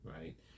right